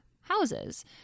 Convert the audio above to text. houses